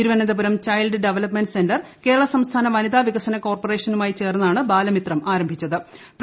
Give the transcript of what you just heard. Thiruvananthapuram child development centre Kerala സംസ്ഥാന വനിതാ വികസന കോർപറേഷനുമായി ചേർന്നാണ് ബാലമിത്രം ആരംഭിച്ചിട്ടു ള്ളത്